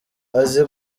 azi